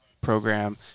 program